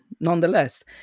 Nonetheless